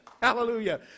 Hallelujah